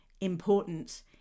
importance